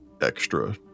extra